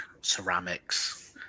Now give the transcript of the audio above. ceramics